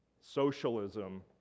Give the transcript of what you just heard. socialism